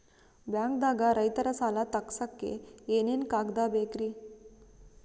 ಬ್ಯಾಂಕ್ದಾಗ ರೈತರ ಸಾಲ ತಗ್ಸಕ್ಕೆ ಏನೇನ್ ಕಾಗ್ದ ಬೇಕ್ರಿ?